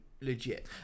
legit